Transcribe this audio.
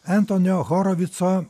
entonio horovico